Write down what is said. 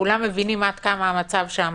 כולם מבינים עד כמה המצב שם